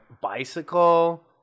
bicycle